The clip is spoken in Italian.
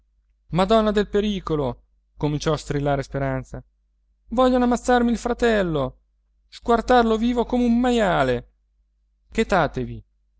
madonna del pericolo cominciò a strillare speranza vogliono ammazzarmi il fratello squartarlo vivo come un maiale chetatevi